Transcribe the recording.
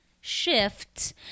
shift